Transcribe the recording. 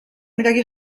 midagi